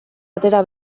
atera